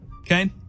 okay